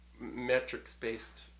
metrics-based